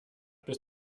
bis